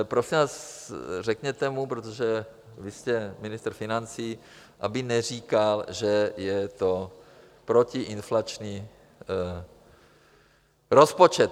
Prosím vás , řekněte mu, protože vy jste ministr financí, aby neříkal, že je to protiinflační rozpočet.